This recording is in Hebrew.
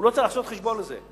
הוא לא צריך לעשות חשבון על זה,